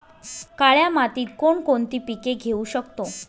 काळ्या मातीत कोणकोणती पिके घेऊ शकतो?